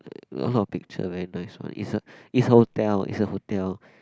a lot of picture very nice one is a is a hotel is a hotel